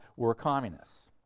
were communists.